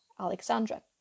Alexandra